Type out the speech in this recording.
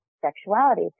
sexuality